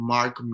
Mark